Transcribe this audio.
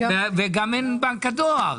וגם אין את בנק הדואר.